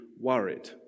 worried